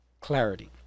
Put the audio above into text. clarity